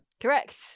Correct